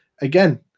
again